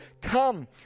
come